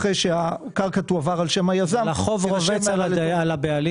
אחרי שהקרקע תועבר על שם היזם --- אבל החוק רובץ על הבעלים.